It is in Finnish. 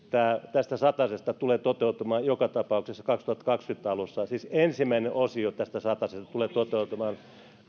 eläkeläisten satasesta tulee toteutumaan joka tapauksessa kaksituhattakaksikymmentä alussa siis ensimmäinen osio tästä satasesta tulee toteutumaan